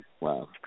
Wow